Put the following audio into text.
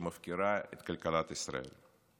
שמפקירה את כלכלת ישראל.